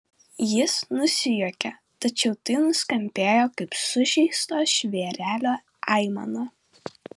jis nusijuokė tačiau tai nuskambėjo kaip sužeisto žvėrelio aimana